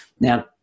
Now